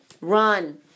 run